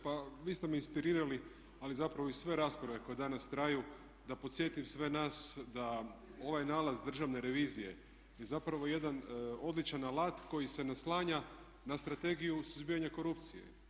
Pa vi ste me inspirirali, ali zapravo i sve rasprave koje danas traju da podsjetim sve nas da ovaj nalaz Državne revizije je zapravo jedan odličan alat koji se naslanja na Strategiju suzbijanja korupcije.